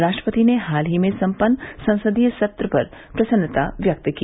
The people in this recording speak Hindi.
राष्ट्रपति ने हाल में संपन्न संसदीय सत्र पर प्रसन्नता व्यक्त की